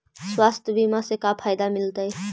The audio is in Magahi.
स्वास्थ्य बीमा से का फायदा मिलतै?